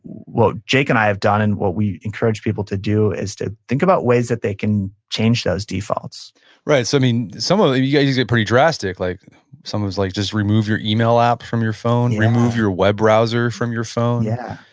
what jake and i have done, and what we encourage people to do, is to think about ways that they can change those defaults right, so i mean, some of these are pretty drastic. like some was like just remove your email app from your phone. remove your web browser from your phone yeah.